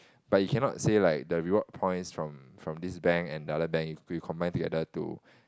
but you cannot say like the reward points from from this bank and the other bank you combine together to